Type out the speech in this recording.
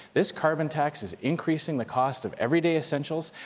this carbon tax is increasing the cost of everyday essentials,